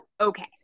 Okay